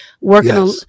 working